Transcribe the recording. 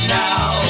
now